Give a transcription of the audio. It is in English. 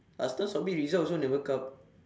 last time submit results also never come